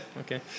Okay